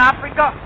Africa